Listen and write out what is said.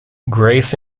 grace